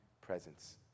presence